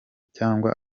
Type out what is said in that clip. cyangwa